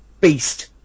Beast